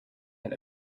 had